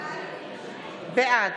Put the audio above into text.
בעד